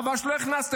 חבל שלא הכנסתם,